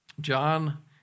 John